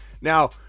Now